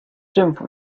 政府